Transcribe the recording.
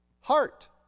heart